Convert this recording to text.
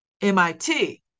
MIT